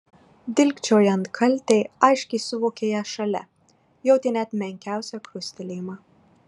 dilgčiojant kaltei aiškiai suvokė ją šalia jautė net menkiausią krustelėjimą